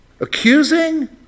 accusing